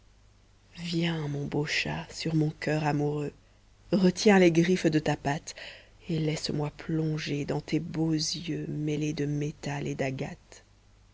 viens mon beau chat sur mon coeur amoureux retiens les griffes de ta patte et laisse-moi plonger dans tes beaux yeux mêlés de métal et d'agate